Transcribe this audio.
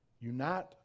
Unite